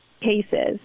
cases